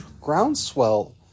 groundswell